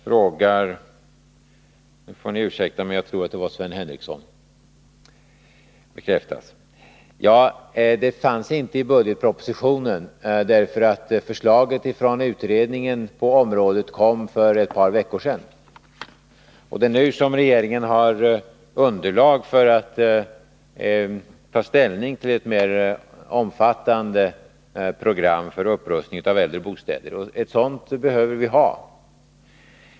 frågade någon — jag tror det var Sven Henricsson. Det fanns inte i budgetpropositionen, eftersom förslaget från utredningen på området kom för ett par veckor sedan. Det är nu som regeringen har underlag för att ta ställning till ett mer omfattande program för upprustning av äldre bostäder, och ett sådant behöver vi ha.